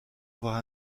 avoir